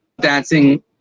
dancing